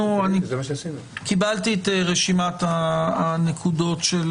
קיבלתי את רשימת הנקודות של